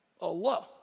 Allah